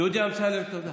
דודי אמסלם, תודה.